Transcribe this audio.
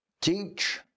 teach